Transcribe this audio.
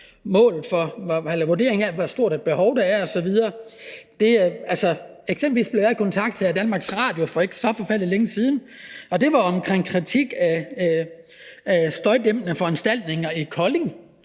elementer, og hvor stort et behov osv. der er, er vigtigt. Eksempelvis blev jeg kontaktet af Danmarks Radio for ikke så forfærdelig længe siden omkring kritik af støjdæmpende foranstaltninger i Kolding,